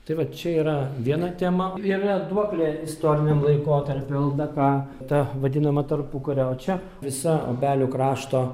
tai va čia yra viena tema yra duoklė istoriniam laikotarpiui ldk ta vadinama tarpukario čia visa obelių krašto